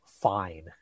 fine